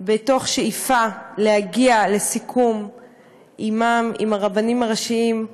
מתוך שאיפה להגיע לסיכום עמם, עם הרבנים הראשיים.